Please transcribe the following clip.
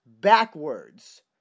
backwards